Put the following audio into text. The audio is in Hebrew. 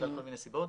בגלל כל מיני סיבות.